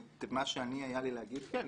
את מה שהיה לי להגיד כן.